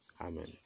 Amen